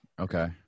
okay